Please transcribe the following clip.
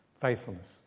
faithfulness